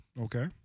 Okay